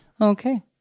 Okay